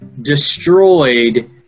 destroyed